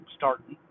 starting